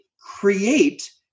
create